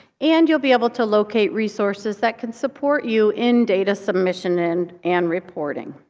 and you'll be able to locate resources that can support you in data submission and and reporting.